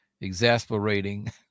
exasperating